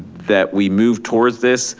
that we move towards this.